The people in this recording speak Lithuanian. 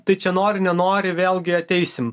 tai čia nori nenori vėlgi ateisim